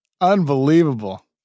Unbelievable